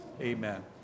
Amen